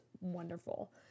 wonderful